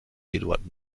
eduard